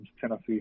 Tennessee